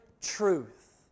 truth